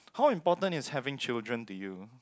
how important is having children to you